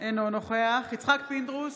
אינו נוכח יצחק פינדרוס,